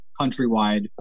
countrywide